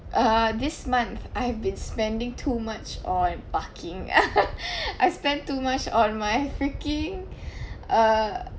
uh this month I've been spending too much on parking I spent too much on my freaking uh